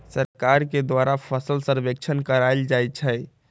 सरकार के द्वारा फसल सर्वेक्षण करायल जाइ छइ